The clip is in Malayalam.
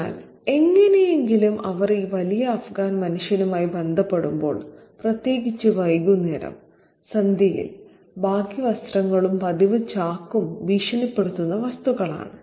അതിനാൽ എങ്ങനെയെങ്കിലും അവർ ഈ വലിയ അഫ്ഗാൻ മനുഷ്യനുമായി ബന്ധപ്പെടുമ്പോൾ പ്രത്യേകിച്ച് വൈകുന്നേരം സന്ധ്യയിൽ ബാഗി വസ്ത്രങ്ങളും പതിവ് ചാക്കും ഭീഷണിപ്പെടുത്തുന്ന വസ്തുക്കളാണ്